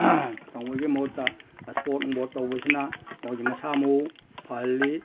ꯇꯧꯕꯒꯤ ꯃꯍꯨꯠꯇ ꯁ꯭ꯄꯣꯔꯠ ꯅꯨꯡꯄꯣꯔꯠ ꯇꯧꯕꯁꯤꯅ ꯃꯣꯏꯒꯤ ꯃꯁꯥ ꯃꯋꯨ ꯐꯍꯜꯂꯤ